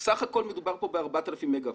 סך הכול מדובר כאן ב-4,000 מגה-ואט.